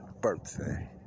birthday